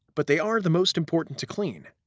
but they are the most important to clean.